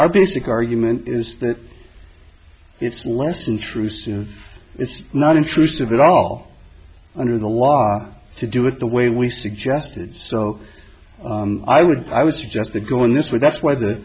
e basic argument is that it's less intrusive it's not intrusive at all under the law to do it the way we suggested so i would i would suggest the go in this way that's whethe